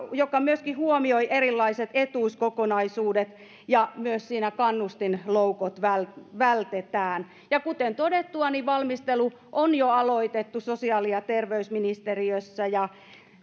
joka myöskin huomioi erilaiset etuuskokonaisuudet ja jossa myös kannustinloukut vältetään vältetään ja kuten todettua valmistelu on jo aloitettu sosiaali ja terveysministeriössä ja